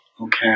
Okay